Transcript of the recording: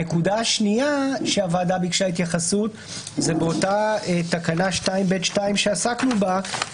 הנקודה השנייה שהוועדה ביקשה התייחסות זה באותה תקנה 2ב(2) שעסקנו בה,